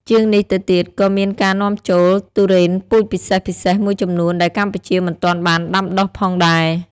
ជាងនេះទៅទៀត ក៏មានការនាំចូលទុរេនពូជពិសេសៗមួយចំនួនដែលកម្ពុជាមិនទាន់បានដាំដុះផងដែរ។